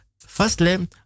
Firstly